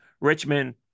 Richmond